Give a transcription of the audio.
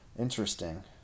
Interesting